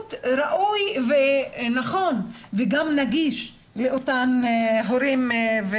שירות ראוי, נכון וגם נגיש לאותם הורים.